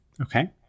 Okay